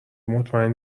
مطمئن